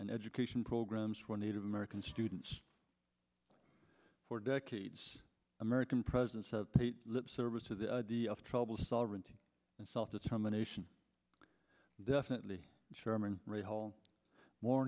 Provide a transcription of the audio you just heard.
and education programs for native american students for decades american presidents have paid lip service to the idea of trouble sovereignty and self determination definitely chairman hall more